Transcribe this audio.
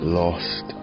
lost